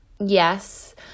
yes